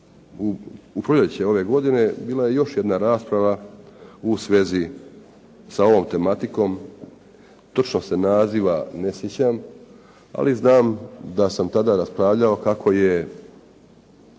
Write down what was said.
U proljeće ove godine bila je još jedna rasprava u svezi sa ovom tematikom, točnog se naziva ne sjećam, ali znam da sam tada raspravljao kako je